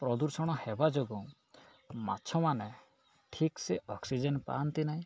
ପ୍ରଦୂଷଣ ହେବା ଯୋଗୁଁ ମାଛମାନେ ଠିକ୍ ସେ ଅକ୍ସିଜେନ୍ ପାଆନ୍ତି ନାହିଁ